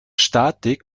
statik